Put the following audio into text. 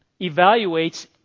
evaluates